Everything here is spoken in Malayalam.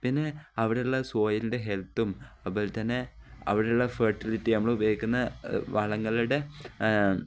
പിന്നെ അവിടെയുള്ള സോയിലിൻ്റെ ഹെൽത്തും അതുപോലെ തന്നെ അവിടെയള്ള ഫെർട്ടിലിറ്റി നമ്മള് ഉപയോഗിക്കുന്ന വളങ്ങളുടെ